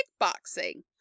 kickboxing